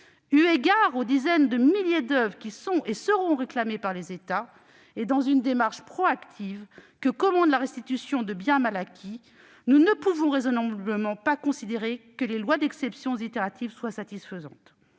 Eu égard aux dizaines de milliers d'oeuvres qui sont et seront réclamées par les États, et dans une démarche proactive que commande la restitution de biens mal acquis, nous ne pouvons raisonnablement pas considérer que les lois d'exception itératives soient satisfaisantes.